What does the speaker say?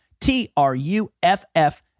T-R-U-F-F